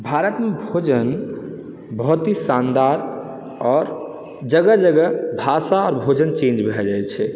भारतमे भोजन बहुत ही शानदार आओर जगह जगह भाषा आओर भोजन चेंज भए जाइ छै